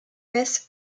messes